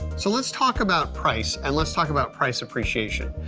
so let's talk about price and let's talk about price appreciation.